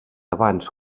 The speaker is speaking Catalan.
abans